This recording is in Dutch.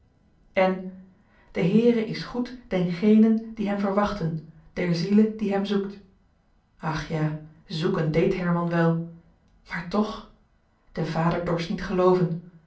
en de heere is goed dengenen die hem verwachten der ziele die hem zoekt ach ja zoeken deed herman wel maar toch de vader dorst niet gelooven